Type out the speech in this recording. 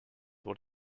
what